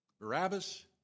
Barabbas